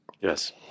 Yes